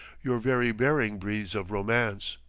your very bearing breathes of romance.